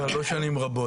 לא, לא שנים רבות.